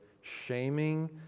shaming